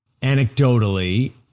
anecdotally